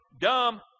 Dumb